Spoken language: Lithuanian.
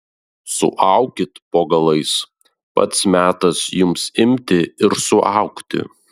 suaukit po galais pats metas jums imti ir suaugti